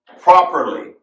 properly